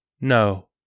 No